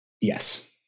Yes